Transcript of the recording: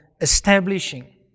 establishing